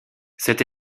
cette